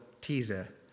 teaser